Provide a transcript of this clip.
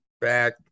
Back